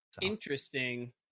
Interesting